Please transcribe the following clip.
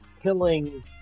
killing